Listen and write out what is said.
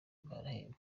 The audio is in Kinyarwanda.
baraheba